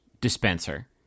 dispenser